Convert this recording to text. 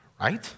right